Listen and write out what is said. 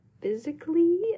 physically